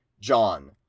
John